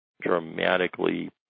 dramatically